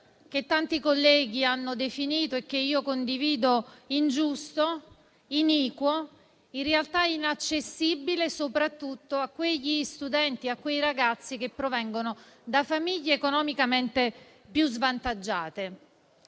che tanti colleghi hanno definito - e io condivido - ingiusto, iniquo, in realtà inaccessibile soprattutto a quei ragazzi che provengono da famiglie economicamente più svantaggiate.